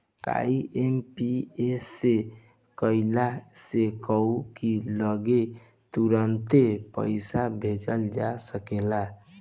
IMPS से कइला से कहू की लगे तुरंते पईसा भेजल जा सकेला